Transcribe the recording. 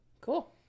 Cool